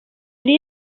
yari